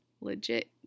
legit